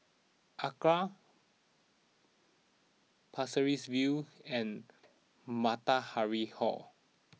Acra Pasir Ris View and Matahari Hall